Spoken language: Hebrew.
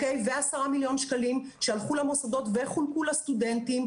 ו-10 מיליון שקלים שהלכו למוסדות וחולקו לסטודנטים,